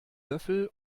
löffel